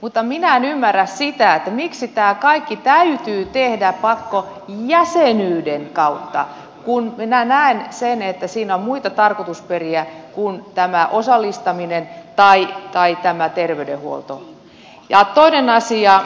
mutta minä en ymmärrä sitä miksi tämä kaikki täytyy tehdä pakkojäsenyyden kautta kun minä näen sen että siinä on muita tarkoitusperiä kuin tämä osallistaminen tai tämä terveydenhuolto